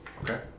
Okay